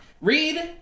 Read